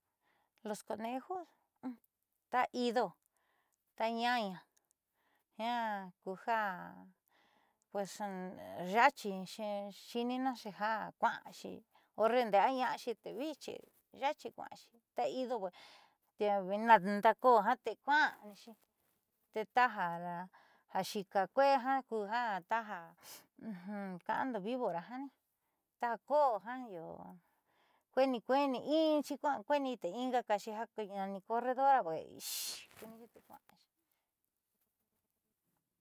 Los conejas ta ido ta ñaña jiaa kuja xa'axi xi'ininaxi jaa kua'anxi horre nde'eaña'axi tee viichi ya'axi kua'axi ta ido jiaa nda'akoo ja tee kua'anixi tee taja xi'ika kuee ja kuja taja ka'ando vivora jani taja ko'o jiaa io kueeni kueeni inxi kua'a kueeni te ingaxi ja nani corredora pues kuunixi te kua'anixi.